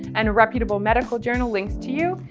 and a reputable medical journal links to you.